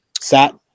sat